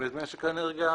ובמשק האנרגיה,